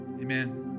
Amen